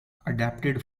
adapted